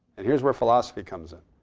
and here's where philosophy comes in.